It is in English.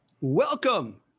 welcome